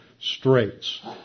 straits